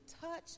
touch